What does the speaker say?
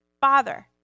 Father